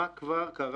אלא מה כבר קרה,